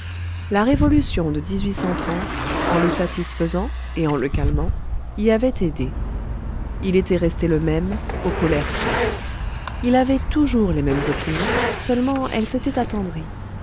la révolution de en le satisfaisant et en le calmant y avait aidé il était resté le même aux colères près il avait toujours les mêmes opinions seulement elles s'étaient attendries